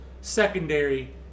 secondary